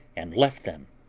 and left them,